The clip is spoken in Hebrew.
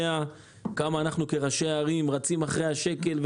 כמה אנחנו כראשי ערים רצים אחרי השקל.